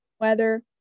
weather